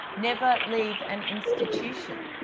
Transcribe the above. never leave an institution.